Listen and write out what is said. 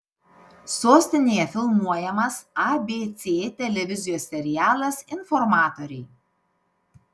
sostinėje filmuojamas abc televizijos serialas informatoriai